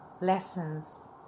lessons